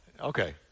Okay